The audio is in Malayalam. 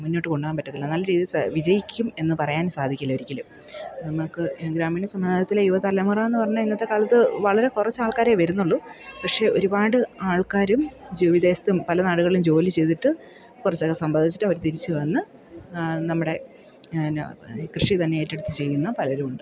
മുന്നോട്ട് കൊണ്ടുപോകാൻ പറ്റത്തില്ല നല്ല രീതിയിൽ വിജയിക്കും എന്ന് പറയാൻ സാധിക്കില്ല ഒരിക്കലും നമുക്ക് ഗ്രാമീണ സമുദായത്തിലെ യുവതലമുറ എന്ന് പറഞ്ഞാൽ ഇന്നത്തെ കാലത്ത് വളരെ കുറച്ച് ആൾക്കാരേ വരുന്നുള്ളൂ പക്ഷേ ഒരുപാട് ആൾക്കാരും വിദേശത്തും പല നാടുകളിലും ജോലി ചെയ്തിട്ട് കുറച്ചൊക്കെ സമ്പാദിച്ചിട്ട് അവർ തിരിച്ച് വന്ന് നമ്മുടെ പിന്നെ കൃഷി തന്നെ ഏറ്റെടുത്ത് ചെയ്യുന്ന പലരും ഉണ്ട്